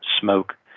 smoke